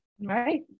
Right